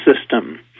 system